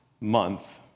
month